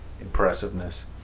impressiveness